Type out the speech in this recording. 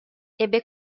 ebbe